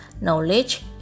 knowledge